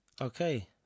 Okay